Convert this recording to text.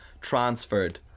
transferred